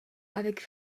avec